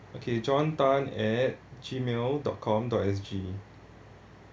okay john tan at Gmail dot com dot S_G